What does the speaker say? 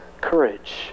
courage